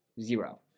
Zero